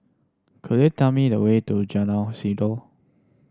could you tell me the way to Jalan Sindor